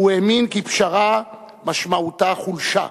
הוא האמין כי פשרה משמעותה חולשה,